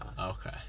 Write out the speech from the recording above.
Okay